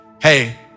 hey